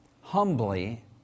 humbly